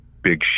big